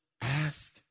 ask